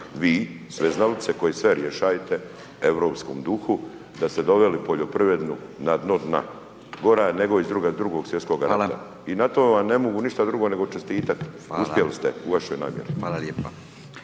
vi sveznalice koji sve rješajete u europskom duhu da ste doveli poljoprivrednu na dno dna. Gora je nego iz Drugoga svjetskog rata …/Upadica: Hvala./… i na to vam ne mogu ništa drugo nego čestitati. Uspjeli ste u vašoj namjeri.